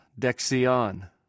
Dexion